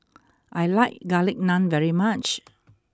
I like Garlic Naan very much